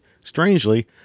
Strangely